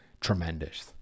tremendous